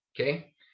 Okay